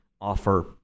offer